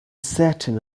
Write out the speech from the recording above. certain